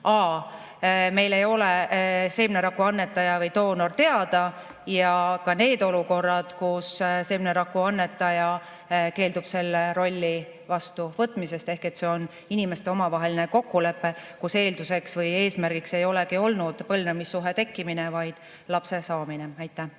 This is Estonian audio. kus meil ei ole seemneraku annetaja või doonor teada, ja ka need olukorrad, kus seemneraku annetaja keeldub selle rolli vastuvõtmisest. See on inimeste omavaheline kokkulepe, kus eelduseks või eesmärgiks ei olegi olnud põlvnemissuhte tekkimine, vaid lapse saamine. Suur